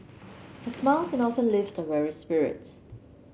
a smile can often lift a weary spirit